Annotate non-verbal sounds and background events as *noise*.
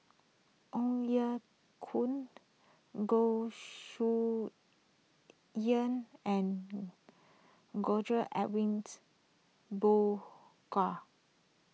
Ong Ye Kung Goh Chiew *unintelligible* and George Edwins Bogaars